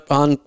on